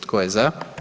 Tko je za?